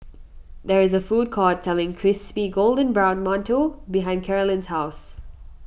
there is a food court selling Crispy Golden Brown Mantou behind Karolyn's house